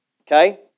okay